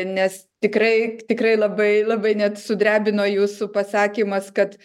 nes tikrai tikrai labai labai net sudrebino jūsų pasakymas kad